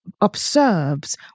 observes